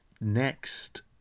next